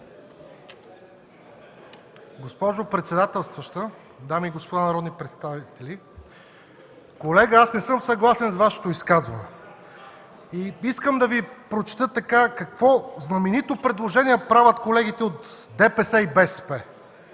Госпожо председателстваща, дами и господа народни представители! Колега, не съм съгласен с Вашето изказване. Искам да Ви прочета какво знаменито предложение правят колегите от ДПС и БСП.